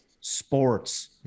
sports